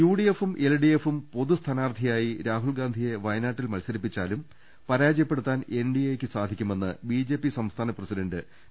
യുഡിഎഫും എൽഡിഎഫും പൊതുസ്ഥാനാർത്ഥിയായി രാഹുൽഗാന്ധിയെ വയനാട്ടിൽ മത്സരിപ്പിച്ചാലും പരാജയ പ്പെടുത്താൻ എൻഡിഎക്ക് സാധിക്കു മെന്ന് ബിജെപി സംസ്ഥാന പ്രസിഡണ്ട് പി